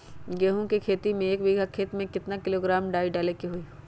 गेहूं के खेती में एक बीघा खेत में केतना किलोग्राम डाई डाले के होई?